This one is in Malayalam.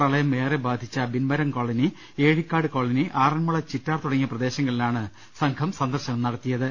പ്രളയം ഏറെ ബാധിച്ച ബിന്മരം കോളനി ഏഴിക്കാട് കോളനി ആറന്മുള ചിറ്റാർ തുടങ്ങിയ പ്രദേശങ്ങളിലാണ് സംഘം സന്ദർശനം നടത്തിയത്